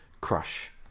crush